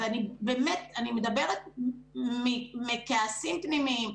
ואני מדברת מכעסים פנימיים,